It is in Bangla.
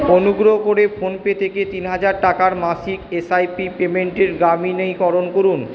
অনুগ্রহ করে ফোন পে থেকে তিন হাজার টাকার মাসিক এস আই পি পেমেন্টের গ্রামীণীকরণ করুন